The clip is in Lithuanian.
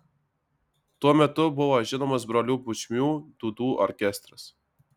tuo metu buvo žinomas brolių bučmių dūdų orkestras